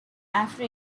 afro